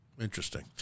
Interesting